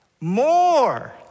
More